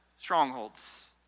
Strongholds